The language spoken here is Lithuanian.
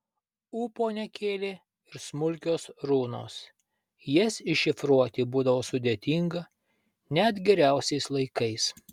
ūpo nekėlė ir smulkios runos jas iššifruoti būdavo sudėtinga net geriausiais laikais